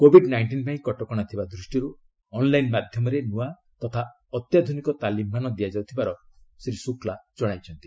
Covid nineteen ପାଇଁ କଟକଣା ଥିବା ଦୃଷ୍ଟିରୁ ଅନ୍ଲାଇନ୍ ମାଧ୍ୟମରେ ନୂଆ ତଥା ଅତ୍ୟାଧୁନିକ ତାଲିମ୍ମାନ ଦିଆଯାଉଥିବାର ଶ୍ରୀ ଶୁକ୍ଲା ଜଣାଇଛନ୍ତି